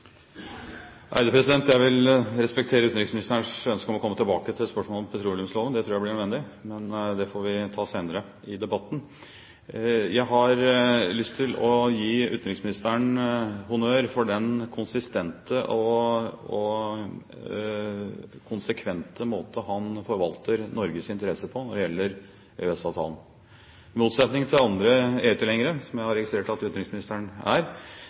Jeg vil respektere utenriksministerens ønske om å komme tilbake til spørsmålet om petroleumsloven. Det tror jeg blir nødvendig. Men det får vi ta senere i debatten. Jeg har lyst til å gi utenriksministeren honnør for den konsistente og konsekvente måte han forvalter Norges interesser på når det gjelder EØS-avtalen. I motsetning til andre EU-tilhengere – som jeg har registrert at utenriksministeren er